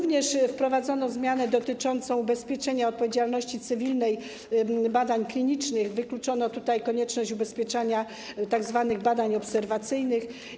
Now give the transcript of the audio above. Wprowadzono również zmianę dotyczącą ubezpieczenia odpowiedzialności cywilnej badań klinicznych, wykluczono tutaj konieczność ubezpieczania tzw. badań obserwacyjnych.